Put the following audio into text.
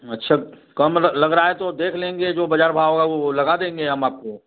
अच्छा कम लग लग रहा है तो देख लेंगे जो बाजार भाव है वह लगा देंगे हम आपको